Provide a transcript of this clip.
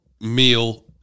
meal